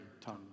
tongue